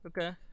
Okay